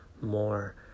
more